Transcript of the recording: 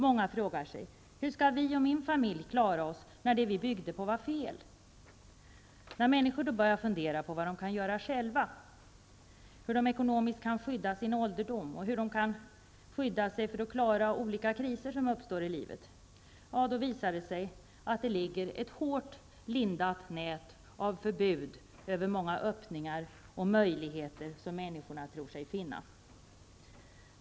Många frågar sig: Hur skall jag och min familj klara oss när det vi byggde på var fel? När människor då börjar fundera på vad de kan göra själva, hur de ekonomiskt kan skydda sin ålderdom och hur de kan skydda sig för att klara olika kriser som uppstår i livet, då visar det sig att det ligger ett hårt lindat nät av förbud över många öppningar och möjligheter som människorna tror sig finna.